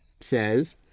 says